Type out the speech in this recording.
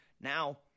Now